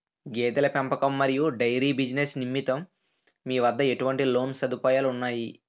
గేదెల పెంపకం మరియు డైరీ బిజినెస్ నిమిత్తం మీ వద్ద ఎటువంటి లోన్ సదుపాయాలు ఉన్నాయి?